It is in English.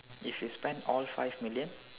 if you spend all five million